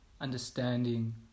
understanding